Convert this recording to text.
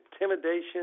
intimidation